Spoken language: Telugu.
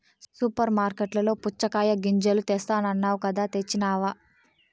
సూపర్ మార్కట్లలో పుచ్చగాయ గింజలు తెస్తానన్నావ్ కదా తెచ్చినావ